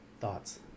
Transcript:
thoughts